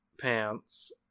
pants